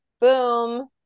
Boom